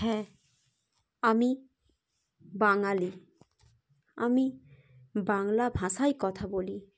হ্যাঁ আমি বাঙালি আমি বাংলা ভাষায় কথা বলি